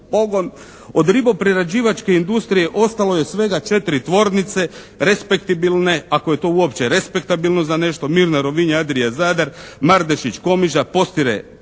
Od riboprerađivačke industrije ostalo je svega 4 tvornice respektibilne, ako je to uopće respektabilno za nešto. «Mirna» Rovinj, «Adria» Zadar, «Mardešić» Komiža, «Postire»